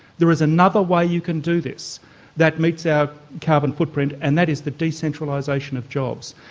there is another way you can do this that meets our carbon footprint and that is the decentralisation of jobs.